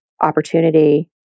opportunity